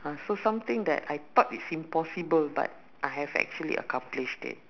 uh so something that I thought is impossible but I have actually accomplished it